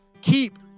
keep